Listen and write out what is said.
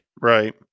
Right